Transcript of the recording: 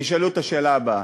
תשאלו את השאלה הבאה: